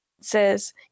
says